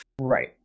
Right